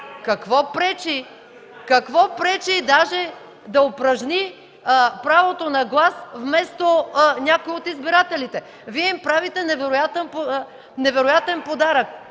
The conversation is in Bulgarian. от ГЕРБ.) Какво пречи даже да упражни правото на глас, вместо някой от избирателите? Вие им правите невероятен подарък!